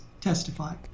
testify